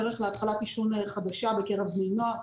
דרך להתחלת עישון חדשה בקרב בני נוער,